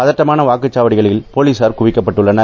பதற்றமான வாக்குச்சாவடிகளில் போலீசார் குவிக்கப்பட்டுள்ளனர்